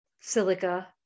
silica